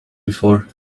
before